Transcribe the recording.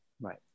right